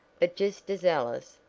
but just as alice,